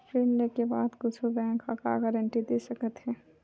ऋण लेके बाद कुछु बैंक ह का गारेंटी दे सकत हे?